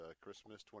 Christmas